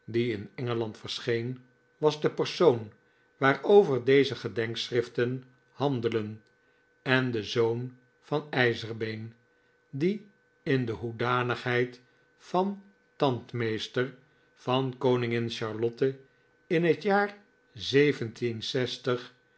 in engeland verscheen was de persoon waarover deze gedenkschriften handelen en de zoon van ijzerbeen die in de hoedanigheid van tandmeester van koningin charlotte in het jaar